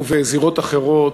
ובזירות אחרות,